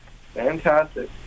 Fantastic